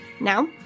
Now